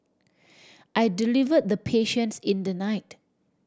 I deliver the patients in the night